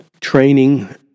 training